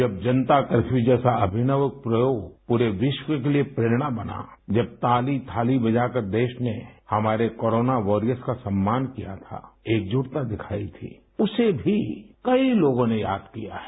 जब जनता कर्फ्यू जैसा अमिनव प्रयोग पूरे विश्व के लिए प्रेरणा बना जब ताली थाली बजाकर देश ने हमारे कोरोना वारियर्स का सम्मान किया था एकजुटता दिखाई थी उसे भी कई लोगों ने याद किया है